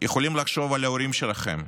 יכולים לחשוב על ההורים שלכם,